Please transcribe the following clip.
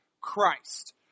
Christ